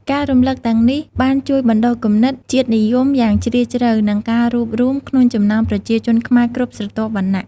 ការរំឭកទាំងនេះបានជួយបណ្ដុះគំនិត ជាតិនិយម យ៉ាងជ្រាលជ្រៅ និង ការរួបរួម ក្នុងចំណោមប្រជាជនខ្មែរគ្រប់ស្រទាប់វណ្ណៈ។